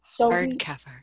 Hardcover